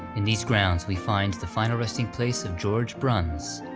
in these grounds we find the final resting place of george bruns.